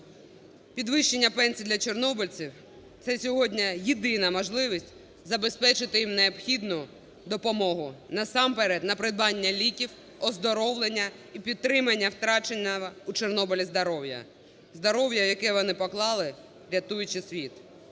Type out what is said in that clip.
Підвищення пенсій для чорнобильців – це сьогодні єдина можливість забезпечити їм необхідну допомогу, насамперед на придбання ліків, оздоровлення і підтримання втраченого у Чорнобилі здоров'я, здоров'я, яке вони поклали, рятуючи світ.